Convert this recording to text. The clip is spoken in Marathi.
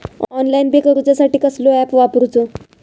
ऑनलाइन पे करूचा साठी कसलो ऍप वापरूचो?